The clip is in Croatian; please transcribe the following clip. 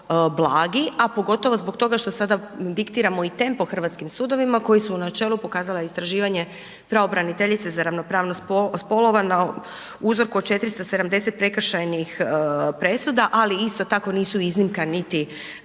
a pogotovo zbog toga što sada diktiramo i tempo hrvatskim sudovima koji su načelu pokazuje istraživanje pravobraniteljice za ravnopravnost spolova na uzroku od 470 prekršajnih presuda, ali isto tako nisu iznimka niti presude